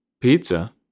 Pizza